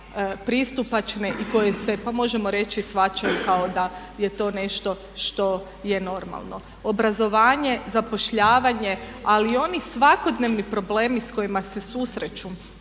pristupačne i koje se, pa možemo reći shvaćaju kao da je to nešto što je normalno. Obrazovanje, zapošljavanje ali i oni svakodnevni problemi s kojima se susreću